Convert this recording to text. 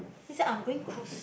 this year I'm going cruise